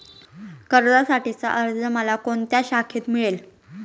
कर्जासाठीचा अर्ज मला कोणत्या शाखेत मिळेल?